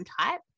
type